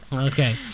Okay